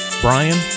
Brian